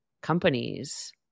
companies